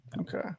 Okay